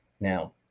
Now-